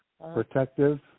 protective